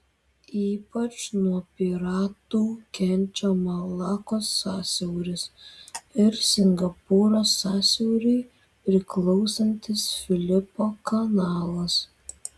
ypač nuo piratų kenčia malakos sąsiauris ir singapūro sąsiauriui priklausantis filipo kanalas